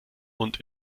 und